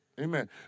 Amen